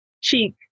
cheek